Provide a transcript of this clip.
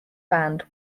band